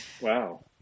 Wow